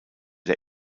der